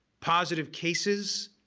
positive cases,